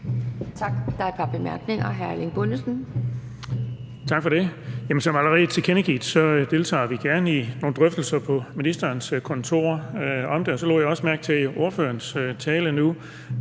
jeg allerede har tilkendegivet, deltager vi gerne i nogle drøftelser på ministerens kontor om det. Så lagde jeg også mærke til i ordførerens tale,